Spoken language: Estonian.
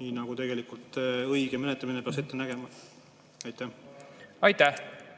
nii nagu tegelikult õige menetlemine peaks ette nägema. Aitäh,